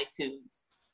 iTunes